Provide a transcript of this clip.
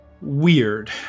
weird